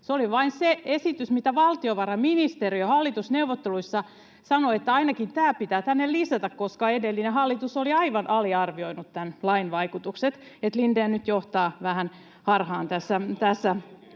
Se oli vain se esitys, mitä valtiovarainministeriö hallitusneuvotteluissa sanoi, että ainakin tämä pitää tänne lisätä, koska edellinen hallitus oli aivan aliarvioinut tämän lain vaikutukset, niin että Lindén nyt johtaa vähän harhaan tässä